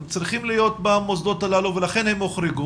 הם צריכים להיות במוסדות הללו ולכן הם הוחרגו,